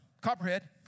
Copperhead